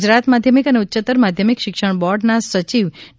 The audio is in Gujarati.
ગુજરાત માધ્યમિક અને ઉચ્યતર માધ્યમિક શિક્ષમ બોર્ડના સચિવ ડી